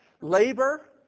Labor